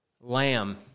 lamb